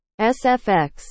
SFX